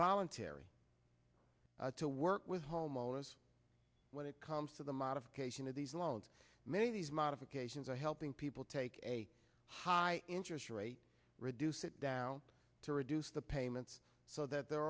voluntary to work with homeowners when it comes to the modification of these loans many of these modifications are helping people take a high interest rate reduce it down to reduce the payments so that there